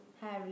Harry